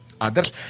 others